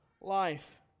life